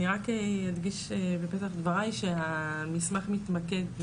אני רק אדגיש את דבריי שהמסמך מתמקד,